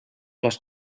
les